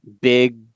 big